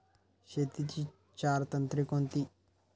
शेतीची चार तंत्रे कोणती?